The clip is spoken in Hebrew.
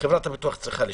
חברת הביטוח צריכה לשלם.